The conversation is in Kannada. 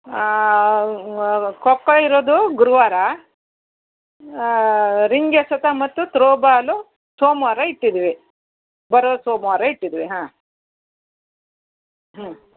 ಖೊ ಖೋ ಇರೋದು ಗುರುವಾರ ರಿಂಗ್ ಎಸೆತ ಮತ್ತು ತ್ರೋ ಬಾಲು ಸೋಮವಾರ ಇಟ್ಟಿದ್ದೀವಿ ಬರೋ ಸೋಮವಾರ ಇಟ್ಟಿದ್ದೀವಿ ಹಾಂ ಹೂಂ